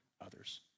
others